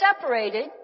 separated